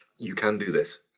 you can do this.